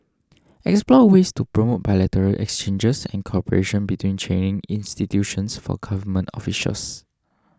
explore ways to promote bilateral exchanges and cooperation between training institutions for government officials